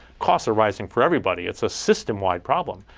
costs are rising for everybody. it's a system-wide problem.